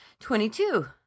Twenty-two